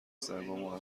سگامو